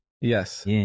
Yes